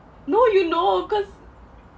no you know cause